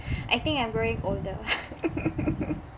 I think I'm growing older